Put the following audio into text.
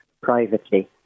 privately